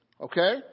Okay